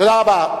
תודה רבה.